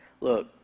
look